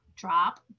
drop